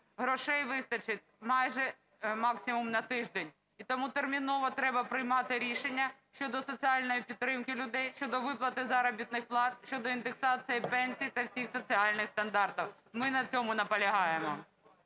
грошей вистачить максимум на тиждень. І тому терміново треба приймати рішення щодо соціальної підтримки людей, щодо виплати заробітних плат, щодо індексації пенсій та всіх соціальних стандартів. Ми на цьому наполягаємо.